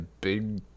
big